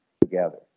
together